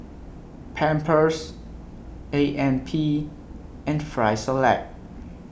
Pampers A M P and Frisolac